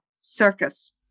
circus